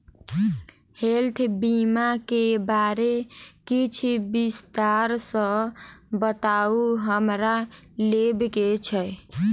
Health बीमा केँ बारे किछ विस्तार सऽ बताउ हमरा लेबऽ केँ छयः?